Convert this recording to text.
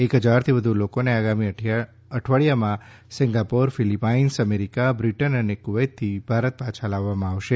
એક હજારથી વધુ લોકોને આગામી અઠવાડીયામાં સિંગાપોર ફીલીપાઇન્સ અમેરીકા બ્રિટન અને કુવૈતથી ભારત પાછા લાવવામાં આવશે